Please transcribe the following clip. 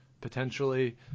potentially